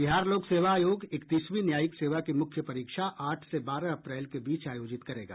बिहार लोक सेवा आयोग इकतीसवीं न्यायिक सेवा की मुख्य परीक्षा आठ से बारह अप्रैल के बीच आयोजित करेगा